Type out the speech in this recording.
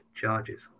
charges